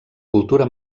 cultura